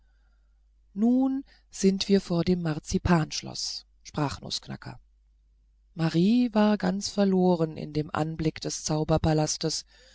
nun sind wir vor dem marzipanschloß sprach nußknacker marie war ganz verloren in dem anblick des